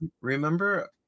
Remember